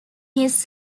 his